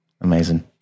Amazing